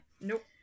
Nope